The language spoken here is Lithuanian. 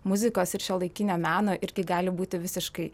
muzikos ir šiuolaikinio meno ir tai gali būti visiškai